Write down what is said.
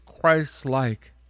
Christ-like